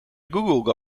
google